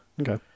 Okay